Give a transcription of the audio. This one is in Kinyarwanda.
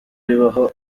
bibaho